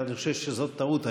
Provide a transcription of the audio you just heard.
אני חושב שזאת טעות.